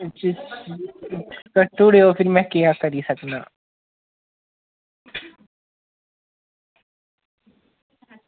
कट्टी ओड़ेओ फिर में केह् आक्खां